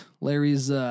Larry's